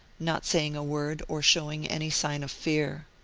not saying a word, or showing any sign of fear.